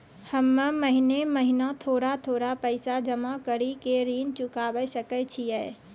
हम्मे महीना महीना थोड़ा थोड़ा पैसा जमा कड़ी के ऋण चुकाबै सकय छियै?